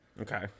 Okay